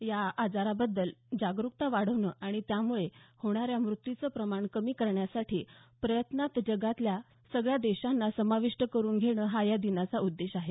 या आजाराबद्दल जागरुकता वाढवणं आणि यामुळे होणाऱ्या मृत्यूचं प्रमाण कमी करण्यासाठीच्या प्रयत्नात जगातल्या सगळ्या देशांना समाविष्ट करून घेणं हा या दिनाचा उद्देश आहे